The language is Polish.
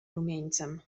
rumieńcem